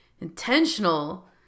intentional